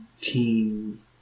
team